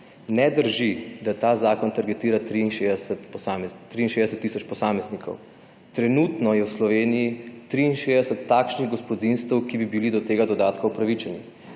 Ne drži, da ta zakon targetira 63 tisoč posameznikov. Trenutno je v Sloveniji 63 tisoč takšnih gospodinjstev, ki bi bila do tega dodatka upravičena,